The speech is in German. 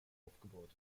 aufgebaut